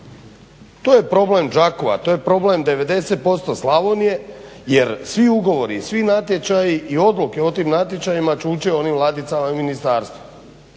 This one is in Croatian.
To je problem Đakova, to je problem 90% Slavonije jer svi ugovori i svi natječaji i odluke o tim natječajima čuče u onim ladicama u ministarstvu.